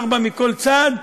ארבע מכל צד,